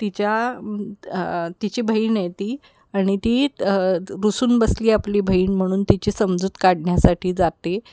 तिच्या तिची बहीण आहे ती आणि ती रुसून बसली आपली बहीण म्हणून तिची समजूत काढण्यासाठी जाते